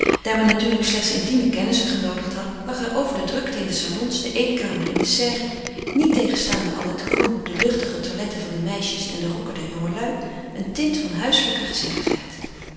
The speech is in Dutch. men natuurlijk slechts intieme kennissen genoodigd had lag er over de drukte in de salons de eetkamer en de serre niettegenstaande al het groen en de luchtige toiletten der meisjes en de rokken der jongelui eene tint van huiselijke gezelligheid